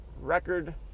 record